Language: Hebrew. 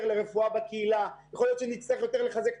יותר לרפואה בקהילה ויכול להיות שנצטרך לחזק את